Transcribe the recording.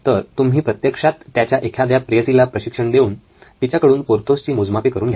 तरतुम्ही प्रत्यक्षात त्याच्या एखाद्या प्रेयसीला प्रशिक्षण देऊन तिच्याकडून पोर्थोसची मोजमापे करून घ्याल